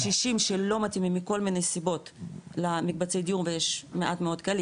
קשישים שלא מתאימים מכל מיני סיבות למקבצי דיור ויש מעט מאוד כאלה,